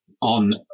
On